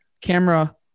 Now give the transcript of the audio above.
camera